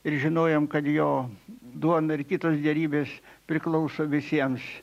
ir žinojom kad jo duona ir kitos gėrybės priklauso visiems